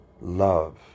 love